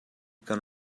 kan